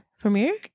premiere